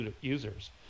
users